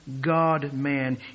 God-Man